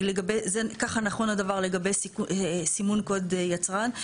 כך נכון הדבר לגבי סימון קוד יצרן.